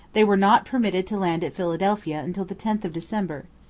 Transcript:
they were not permitted to land at philadelphia until the tenth of december.